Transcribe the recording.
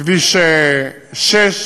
כביש 6,